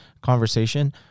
conversation